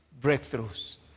breakthroughs